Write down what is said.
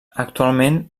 actualment